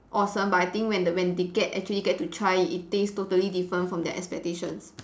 awesome but I think when when they get actually get to try it taste total different from their expectations